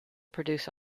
produced